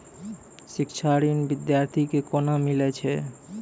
शिक्षा ऋण बिद्यार्थी के कोना मिलै छै?